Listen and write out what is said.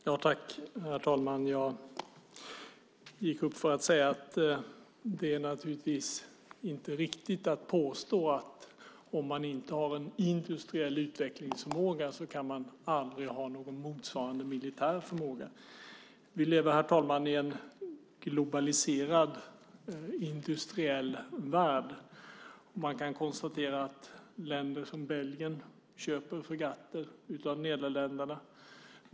Herr talman! Jag gick upp i talarstolen för att säga att det naturligtvis inte är riktigt att påstå att om man inte har en industriell utvecklingsförmåga kan man aldrig ha en motsvarande militär förmåga. Vi lever, herr talman, i en globaliserad industriell värld. Man kan till exempel konstatera att Belgien köper fregatter från Nederländerna.